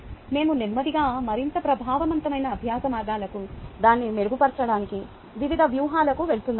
మేము నెమ్మదిగా మరింత ప్రభావవంతమైన అభ్యాస మార్గాలకు దాన్ని మెరుగుపరచడానికి వివిధ వ్యూహాలకు వెళ్తున్నాము